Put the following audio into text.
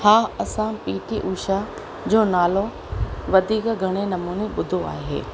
हा असां पीटी उषा जो नालो वधीक घणे नमूने ॿुधो आहे